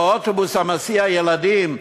או על אוטובוס המסיע ילדים,